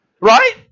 right